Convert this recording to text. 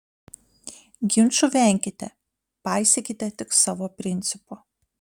ginčų venkite paisykite tik savo principų